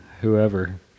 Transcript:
Whoever